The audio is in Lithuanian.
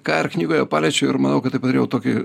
ką ir knygoje paliečiu ir manau kad tai padariau tokį